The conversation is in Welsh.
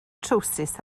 trowsus